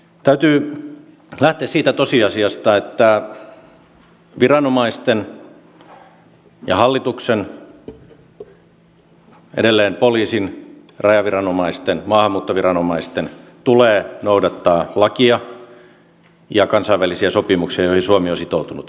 täytyy lähteä siitä tosiasiasta että viranomaisten ja hallituksen edelleen poliisin rajanviranomaisten ja maahanmuuttoviranomaisten tulee noudattaa lakia ja kansainvälisiä sopimuksia joihin suomi on sitoutunut